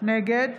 נגד